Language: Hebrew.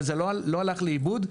זה לא הלך לאיבוד,